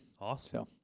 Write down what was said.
Awesome